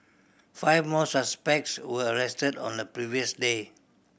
five more suspects were arrested on the previous day